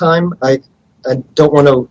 time i don't want to